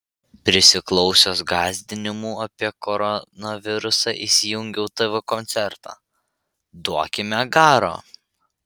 prisiklausęs gąsdinimų apie koronavirusą įsijungiau tv koncertą duokime garo